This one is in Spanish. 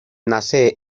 nace